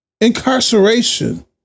Incarceration